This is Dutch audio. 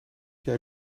jij